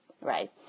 right